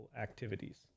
activities